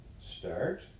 start